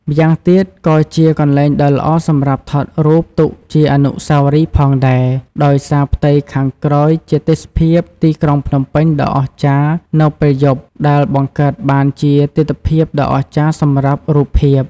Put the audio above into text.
ម្យ៉ាងទៀត ក៏ជាកន្លែងដ៏ល្អសម្រាប់ថតរូបទុកជាអនុស្សាវរីយ៍ផងដែរ ដោយសារផ្ទៃខាងក្រោយជាទេសភាពទីក្រុងភ្នំពេញដ៏អស្ចារ្យនៅពេលយប់ ដែលបង្កើតបានជាទិដ្ឋភាពដ៏អស្ចារ្យសម្រាប់រូបភាព។